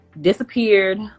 disappeared